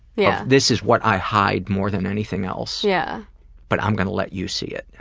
yeah this is what i hide more than anything else, yeah but i'm gonna let you see it.